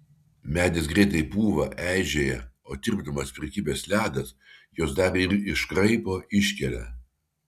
medis greitai pūva eižėja o tirpdamas prikibęs ledas juos dar ir iškraipo iškelia